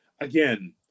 again